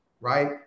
right